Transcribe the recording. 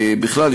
בכלל,